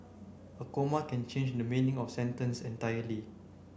a comma can change the meaning of a sentence entirely